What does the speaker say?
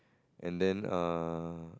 and then err